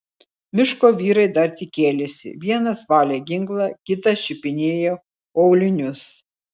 miško vyrai dar tik kėlėsi vienas valė ginklą kitas čiupinėjo aulinius